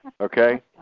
Okay